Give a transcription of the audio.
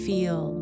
Feel